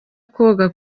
koga